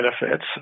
benefits